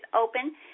open